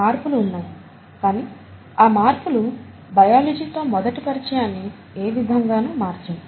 మార్పులు ఉన్నాయి కానీ ఆ మార్పులు బయాలజీతో మొదటి పరిచయాన్నిఏ విధంగానూ మార్చవు